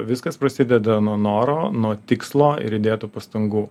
viskas prasideda nuo noro nuo tikslo ir įdėtų pastangų